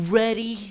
ready